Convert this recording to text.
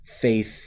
faith